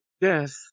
death